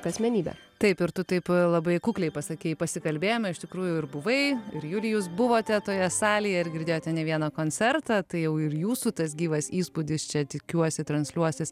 asmenybė taip ir tu taip labai kukliai pasakei pasikalbėjome iš tikrųjų ir buvai ir julijus buvote toje salėje ar girdėjote ne vieną koncertą tai jau ir jūsų tas gyvas įspūdis čia tikiuosi transliuosis